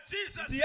Jesus